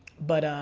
but ah,